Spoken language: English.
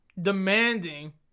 demanding